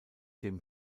dem